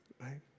right